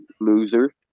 loser